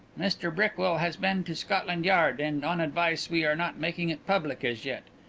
mr brickwill has been to scotland yard, and, on advice, we are not making it public as yet.